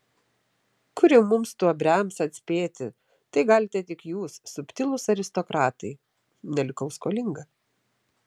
kur jau mums stuobriams atspėti tai galite tik jūs subtilūs aristokratai nelikau skolinga